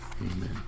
Amen